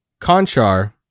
Conchar